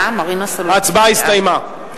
ההצבעה הסתיימה.